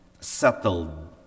settled